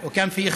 ואולם,